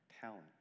talent